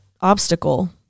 obstacle